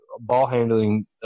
ball-handling